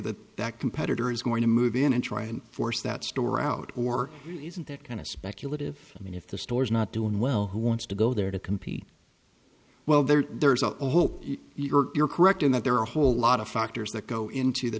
that that competitor is going to move in and try and force that store out or isn't that kind of speculative i mean if the store is not doing well who wants to go there to compete well there's hope you're correct in that there are a whole lot of factors that go into the